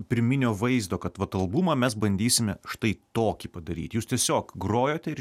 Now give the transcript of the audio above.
pirminio vaizdo kad vat albumą mes bandysime štai tokį padaryti jūs tiesiog grojote ir